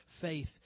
faith